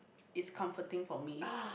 is comforting for me